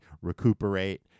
recuperate